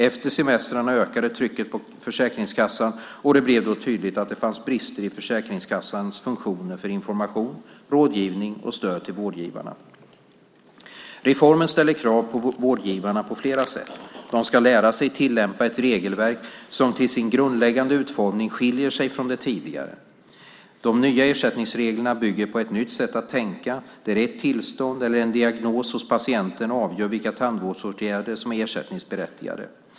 Efter semestrarna ökade trycket på Försäkringskassan och det blev då tydligt att det fanns brister i Försäkringskassans funktioner för information, rådgivning och stöd till vårdgivarna. Reformen ställer krav på vårdgivarna på flera sätt. De ska lära sig tillämpa ett regelverk som till sin grundläggande utformning skiljer sig från det tidigare. De nya ersättningsreglerna bygger på ett nytt sätt att tänka, där ett tillstånd eller en diagnos hos patienten avgör vilka tandvårdsåtgärder som är ersättningsberättigande.